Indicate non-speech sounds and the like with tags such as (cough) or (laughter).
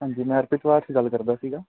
ਹਾਂਜੀ ਮੈਂ ਅਰਪਿਤ (unintelligible) ਗੱਲ ਕਰਦਾ ਸੀਗਾ